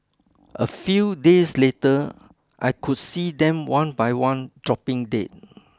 a few days later I could see them one by one dropping dead